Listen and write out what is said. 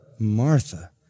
Martha